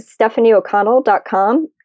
stephanieoconnell.com